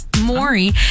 Maury